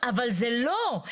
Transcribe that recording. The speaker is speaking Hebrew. אבל זה לא.